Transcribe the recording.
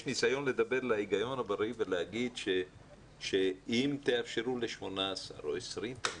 ניסיון לדבר להיגיון הבריא ולהגיד שאם תאפשרו ל-18 או ל-20 תלמידים,